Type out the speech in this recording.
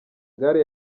gare